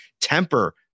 temper